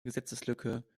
gesetzeslücke